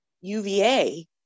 UVA